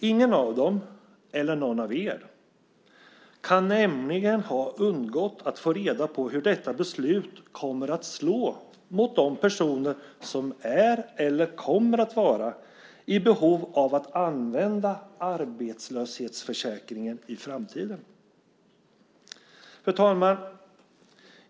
Ingen av dem eller någon av er kan ha undgått att få reda på hur detta beslut kommer att slå mot de personer som är eller kommer att vara i behov av att använda arbetslöshetsförsäkringen i framtiden. Fru talman!